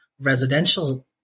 residential